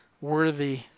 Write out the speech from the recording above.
worthy